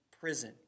prison